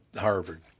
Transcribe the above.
Harvard